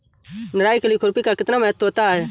निराई के लिए खुरपी का कितना महत्व होता है?